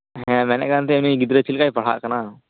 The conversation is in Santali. ᱦᱮᱸ ᱢᱮᱱᱮᱫ ᱠᱟᱱ ᱛᱟᱦᱮᱸᱫ ᱤᱧ ᱩᱱᱤ ᱜᱤᱫᱽᱨᱟᱹ ᱪᱮᱫ ᱞᱮᱠᱟᱭ ᱯᱟᱲᱦᱟᱜ ᱠᱟᱱᱟ